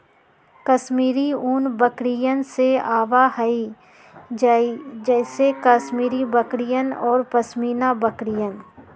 कश्मीरी ऊन बकरियन से आवा हई जैसे कश्मीरी बकरियन और पश्मीना बकरियन